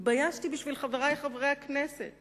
התביישתי בשביל חברי חברי הכנסת